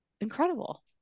incredible